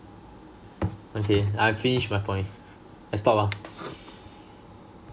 okay I have finished my point I stop ah